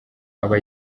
aba